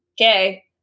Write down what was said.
okay